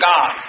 God